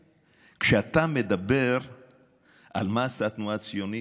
כשאתה מדבר על מה שעשתה התנועה הציונית,